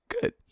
Good